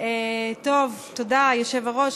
תודה, היושב-ראש.